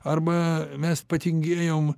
arba mes patingėjom